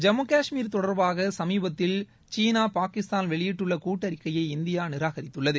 ஜம்மு காஷ்மீர் தொடர்பாக சுமீபத்தில் சீனா பாகிஸ்தான் வெளியிட்டுள்ள கூட்டறிக்கையை இந்தியா நிராகரித்துள்ளது